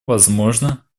возможно